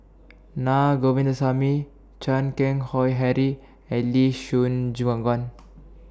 Na Govindasamy Chan Keng Howe Harry and Lee Choon Guan